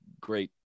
Great